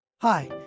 Hi